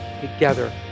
together